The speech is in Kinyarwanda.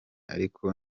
ariko